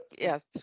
yes